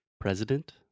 President